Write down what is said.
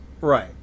Right